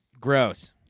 Gross